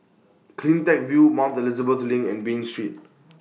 CleanTech View Mount Elizabeth LINK and Bain Street